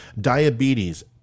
diabetes